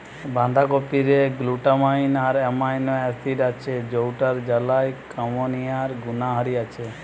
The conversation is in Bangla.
বাঁধাকপিরে গ্লুটামাইন আর অ্যামাইনো অ্যাসিড আছে যৌটার জ্বালা কমানিয়ার গুণহারি আছে